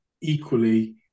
equally